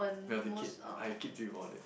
we are the kid I keep dream about it